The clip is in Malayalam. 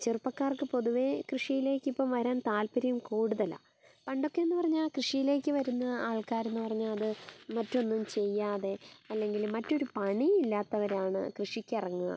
ചെറുപ്പക്കാർക്ക് പൊതുവേ കൃഷിയിലേക്കിപ്പം വരാൻ താൽപ്പര്യം കൂടുതലാണ് പണ്ടൊക്കേന്ന് പറഞ്ഞാൽ കൃഷിയിലേക്ക് വരുന്ന ആൾക്കാരെന്ന് പറഞ്ഞാൽ അത് മറ്റൊന്നും ചെയ്യാതെ അല്ലെങ്കിൽ മറ്റൊരു പണിയില്ലാത്തവരാണ് കൃഷിക്ക് ഇറങ്ങുക